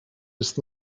ist